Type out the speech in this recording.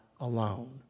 alone